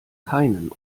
keinen